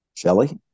Shelly